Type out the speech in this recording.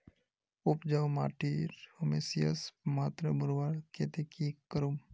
उपजाऊ माटिर ह्यूमस मात्रा बढ़वार केते की करूम?